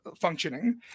functioning